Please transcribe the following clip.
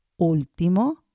último